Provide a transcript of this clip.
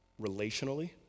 relationally